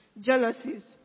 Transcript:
jealousies